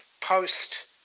post